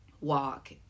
walk